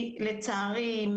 לצערי,